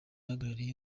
ahagarariye